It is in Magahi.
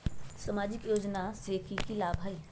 सामाजिक योजना से की की लाभ होई?